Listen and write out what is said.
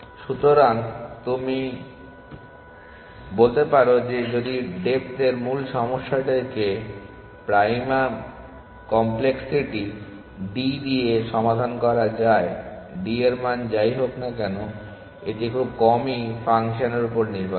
সুতরাং তুমি বলতে পারো যে যদি ডেপ্থের মূল সমস্যাটিকে প্রাইম কমপ্লেক্সিটি d দিয়ে সমাধান করা যায় d এর মান যাই হোক না কেন এটি খুব কমই ফাংশনের উপর নির্ভর করে